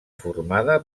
formada